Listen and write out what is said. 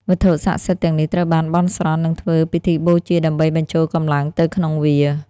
វត្ថុស័ក្តិសិទ្ធិទាំងនេះត្រូវបានបន់ស្រន់ និងធ្វើពិធីបូជា ដើម្បីបញ្ចូលកម្លាំងទៅក្នុងវា។